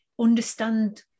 understand